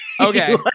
okay